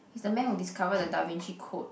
he's the man who discovered the Da-Vinci-Code